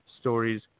stories